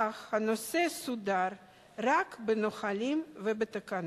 אך הנושא סודר רק בנהלים ובתקנות.